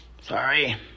Sorry